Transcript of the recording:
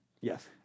Yes